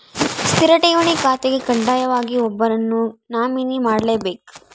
ಸ್ಥಿರ ಠೇವಣಿ ಖಾತೆಗೆ ಕಡ್ಡಾಯವಾಗಿ ಒಬ್ಬರನ್ನು ನಾಮಿನಿ ಮಾಡ್ಲೆಬೇಕ್